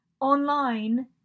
online